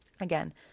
again